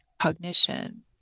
cognition